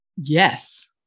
Yes